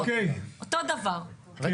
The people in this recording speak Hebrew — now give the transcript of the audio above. חברת הכנסת רוזין,